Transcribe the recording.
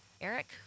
Eric